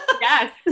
yes